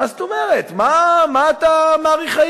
מה זאת אומרת?